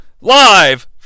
Live